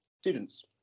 students